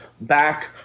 back